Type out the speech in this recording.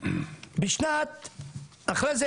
לאחר מכן,